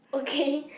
okay